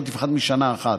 לא תפחת משנה אחת.